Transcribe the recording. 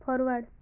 forward